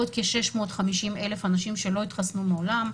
עוד כ-650,000 אנשים שלא התחסנו מעולם,